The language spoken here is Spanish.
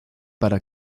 para